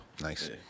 Nice